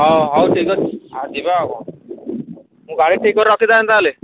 ହ ହଉ ଠିକ୍ ଅଛି ଆଉ ଯିବା ଆଉ କ'ଣ ମୁଁ ଗାଡ଼ି ଠିକ୍ କରିକି ରଖିଥାଏ ତା'ହେଲେ